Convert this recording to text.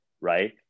Right